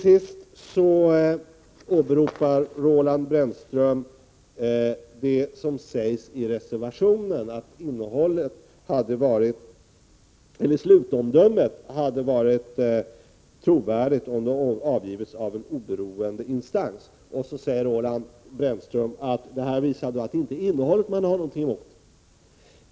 Sist åberopar Roland Brännström vår skrivning i reservationen om att slutomdömet hade varit trovärdigt om det hade avgivits av en oberoende instans. Roland Brännström säger då att det inte är innehållet vi har något emot.